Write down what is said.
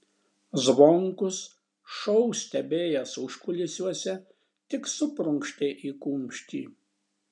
zvonkus šou stebėjęs užkulisiuose tik suprunkštė į kumštį